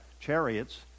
chariots